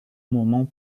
moments